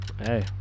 hey